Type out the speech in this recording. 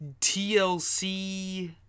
TLC